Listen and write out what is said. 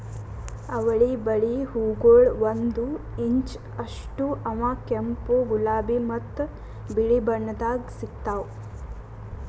ಅವಳಿ ಬಳ್ಳಿ ಹೂಗೊಳ್ ಒಂದು ಇಂಚ್ ಅಷ್ಟು ಅವಾ ಕೆಂಪು, ಗುಲಾಬಿ ಮತ್ತ ಬಿಳಿ ಬಣ್ಣದಾಗ್ ಸಿಗ್ತಾವ್